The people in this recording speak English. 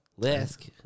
Lisk